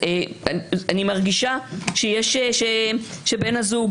אני מרגישה שבן הזוג